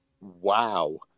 Wow